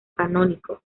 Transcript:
canónico